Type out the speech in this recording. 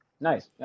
Nice